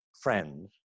friends